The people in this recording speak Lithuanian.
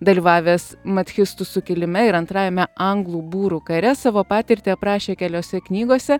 dalyvavęs mathistų sukilime ir antrajame anglų būrų kare savo patirtį aprašė keliose knygose